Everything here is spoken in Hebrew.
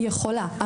היא יכולה,